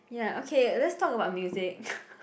ya okay let's talk about music